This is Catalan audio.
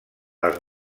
les